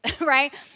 right